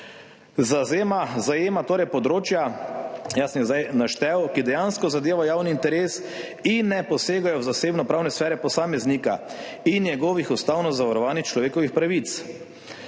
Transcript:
Zajema torej področja – jaz sem jih zdaj naštel – ki dejansko zadevajo javni interes in ne posegajo v zasebnopravne sfere posameznika in njegovih ustavno zavarovanih človekovih pravic.